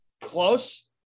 close